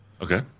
Okay